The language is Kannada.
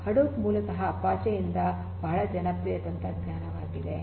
ಹಡೂಪ್ ಮೂಲತಃ ಅಪಾಚೆ ಯ ಬಹಳ ಜನಪ್ರಿಯ ತಂತ್ರಜ್ಞಾನವಾಗಿದೆ